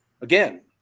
Again